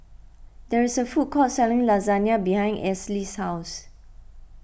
there is a food court selling Lasagna behind Esley's house